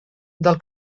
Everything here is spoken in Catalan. del